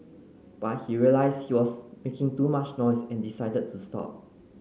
but he realised he was making too much noise and decided to stop